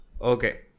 Okay